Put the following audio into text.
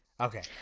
Okay